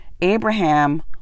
Abraham